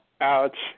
ouch